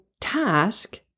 task